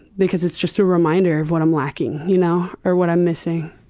because it's just a reminder of what i'm lacking you know or what i'm missing.